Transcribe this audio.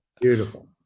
Beautiful